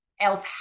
else